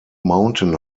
mountain